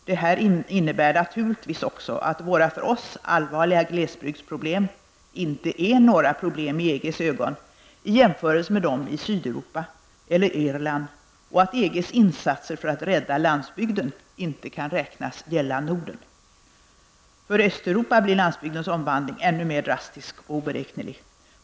Detta innebär naturligtvis också att våra för oss allvarliga glesbygdsproblem inte är några problem i EGs ögon i jämförelse med den i Sydeuropa eller Irland och att EGs insatser för att rädda landsbygden inte kan räknas gälla Norden. För Östeuropa blir landsbygdens omvandling ännu mer drastisk och oberäknelig.